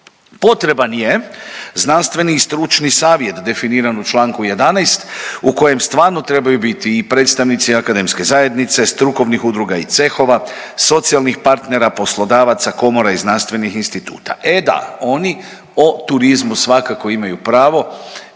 Potreban je znanstveni i stručni savjet definiran u članku 11. u kojem stvarno trebaju biti i predstavnici akademske zajednice, strukovnih udruga i cehova, socijalnih partnera, poslodavaca, komora i znanstvenih instituta. E da, oni o turizmu svakako imaju pravo